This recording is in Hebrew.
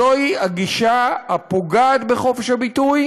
זוהי הגישה הפוגעת בחופש הביטוי,